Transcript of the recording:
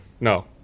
No